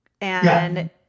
and-